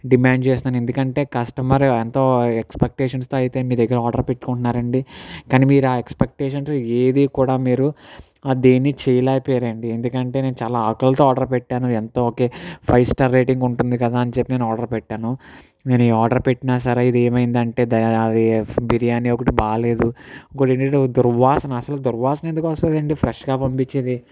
demand చేస్తున్నాను ఎందుకు అంటే కస్టమర్ ఎంతో ఎక్స్పెక్టేషన్స్తో అయితే మీ దగ్గర ఆర్డర్ పెట్టుకుంటున్నారు అండి కానీ మీరు ఆ ఎక్స్పెక్టేషన్స్ ఏదీ కూడా మీరు దేన్ని చేయలేకపోయారు అండి ఎందుకంటే నేను చాలా ఆకలితో ఆర్డర్ పెట్టాను అంతా ఓకే ఫైవ్ స్టార్ రేటింగ్ ఉంటుంది కదా అని చెప్పి నేను ఆర్డర్ పెట్టాను నేను ఈ ఆర్డర్ పెట్టిన సరే ఏమైంది అంటే అది బిర్యానీ ఒకటి బాగలేదు ఇంకోటి ఏమిటి అంటే దుర్వాసన అసలు దుర్వాసన దుర్వాసన ఎందుకు వస్తుంది అండి ఫ్రెష్గా పంపించేది